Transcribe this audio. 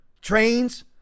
trains